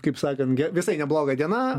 kaip sakant visai nebloga diena